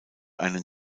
einen